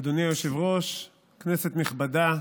אדוני היושב-ראש, כנסת נכבדה,